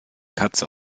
katze